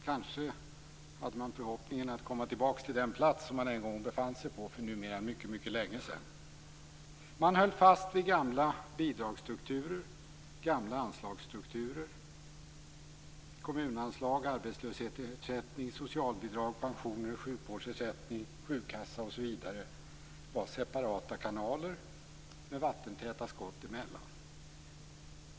Kanske hade man förhoppningen att komma tillbaka till den plats som man en gång befann sig på för numera mycket länge sedan. Man höll fast vid gamla bidragsstrukturer, gamla anslagsstrukturer. Kommunanslag, arbetslöshetsersättning, socialbidrag, pensioner, sjukvårdsersättning, sjukkassa osv. var separata kanaler med vattentäta skott emellan.